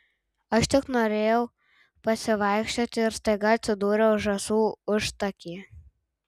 aš tik norėjau pasivaikščioti ir staiga atsidūriau žąsų užtakyje